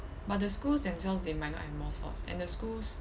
but the schools themselves they might not have more slots and the schools